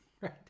right